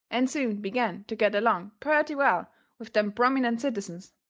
and soon began to get along purty well with them prominent citizens.